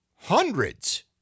hundreds